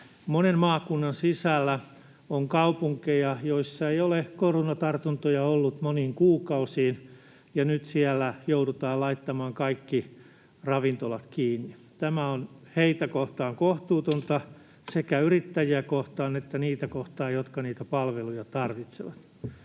Monen maakunnan sisällä on kaupunkeja, joissa ei ole koronatartuntoja ollut moniin kuukausiin, ja nyt siellä joudutaan laittamaan kaikki ravintolat kiinni. Tämä on heitä kohtaan kohtuutonta — sekä yrittäjiä kohtaan että niitä kohtaan, jotka niitä palveluja tarvitsevat.